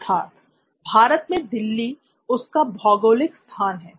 सिद्धार्थ भारत में दिल्ली उसका भौगोलिक स्थान है